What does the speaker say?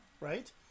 right